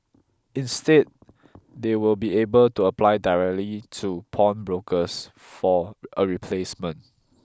instead they will be able to apply directly to pawnbrokers for a replacement